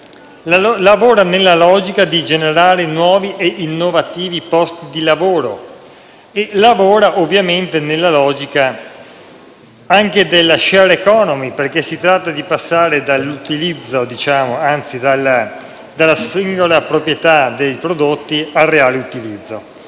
come nella logica di generare nuovi e innovativi posti di lavoro. Lavora, ovviamente, nella logica anche della *sharing economy*, perché si tratta di passare dalla singola proprietà dei prodotti al reale utilizzo.